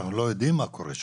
שאנחנו לא יודעים מה קורה שם.